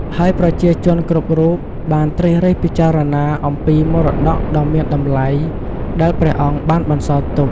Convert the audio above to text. ហើយប្រជាជនគ្រប់រូបបានត្រិះរិះពិចារណាអំពីមរតកដ៏មានតម្លៃដែលព្រះអង្គបានបន្សល់ទុក។